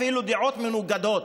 אפילו דעות מנוגדות,